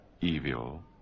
evil